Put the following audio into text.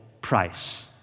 price